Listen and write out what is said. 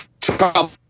trouble